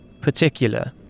particular